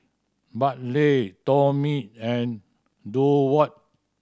Bartley Tomie and Durward